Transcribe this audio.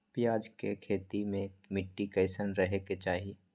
प्याज के खेती मे मिट्टी कैसन रहे के चाही?